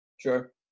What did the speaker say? Sure